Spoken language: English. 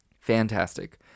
Fantastic